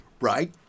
Right